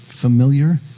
Familiar